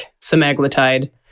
Semaglutide